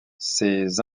ces